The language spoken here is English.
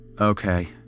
Okay